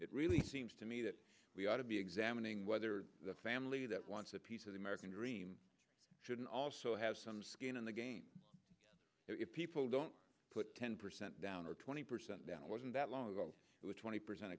it really seems to me that we ought to be examining whether the family that wants a piece of the american dream should also have some skin in the game if people don't put ten percent down or twenty percent down wasn't that long ago it was twenty percent